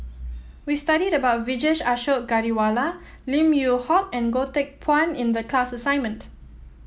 we studied about Vijesh Ashok Ghariwala Lim Yew Hock and Goh Teck Phuan in the class assignment